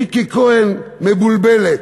ריקי כהן מבולבלת,